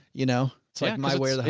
you know, it's like my way or the